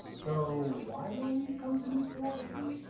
so why do i need a company philosophy?